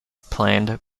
planned